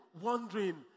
wondering